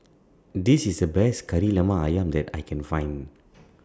This IS The Best Kari Lemak Ayam that I Can Find